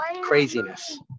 craziness